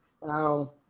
wow